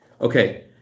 Okay